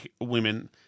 women